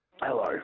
Hello